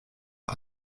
hot